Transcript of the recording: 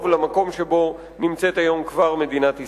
למקום שבו נמצאת כבר היום מדינת ישראל.